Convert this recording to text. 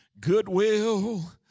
Goodwill